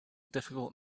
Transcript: difficult